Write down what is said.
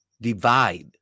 divide